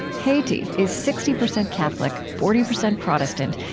haiti is sixty percent catholic, forty percent protestant,